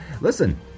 listen